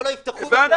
אבל לא יפתחו בכלל.